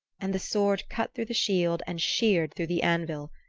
and the sword cut through the shield and sheared through the anvil,